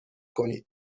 کنید